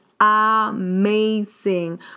amazing